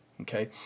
okay